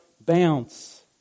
bounce